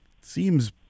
seems